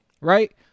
right